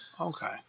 okay